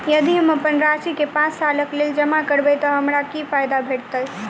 यदि हम अप्पन राशि केँ पांच सालक लेल जमा करब तऽ हमरा की फायदा भेटत?